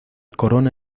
corona